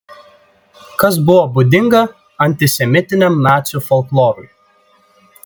kas buvo būdinga antisemitiniam nacių folklorui